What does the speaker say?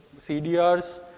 CDRs